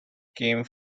came